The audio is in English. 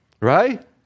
right